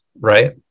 right